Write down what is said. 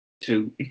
two